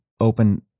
open